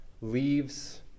leaves